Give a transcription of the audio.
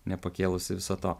nepakėlusi viso to